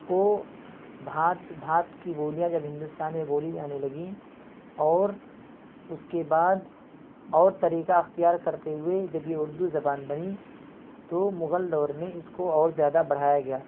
کو بھانت بھانت کی بولیاں جب ہندوستان میں بولی جانے لگیں اور اس کے بعد اور طریقہ اختیار کرتے ہوئے جب یہ اردو زبان بنی تو مغل دور میں اس کو اور زیادہ بڑھایا گیا